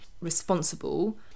responsible